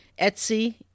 Etsy